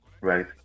right